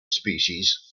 species